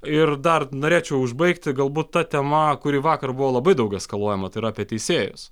ir dar norėčiau užbaigti galbūt ta tema kuri vakar buvo labai daug eskaluojama tai yra apie teisėjus